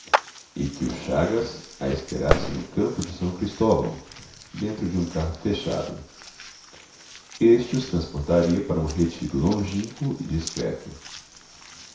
e que o chagas a esperasse no campo de são cristóvão dentro de um carro fechado este os transportaria para um retiro longínquo e discreto